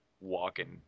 walking